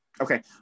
Okay